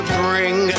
bring